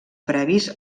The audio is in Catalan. previs